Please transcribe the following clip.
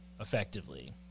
effectively